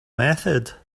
method